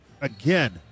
Again